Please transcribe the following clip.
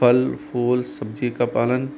फल फूल सब्ज़ी का पालन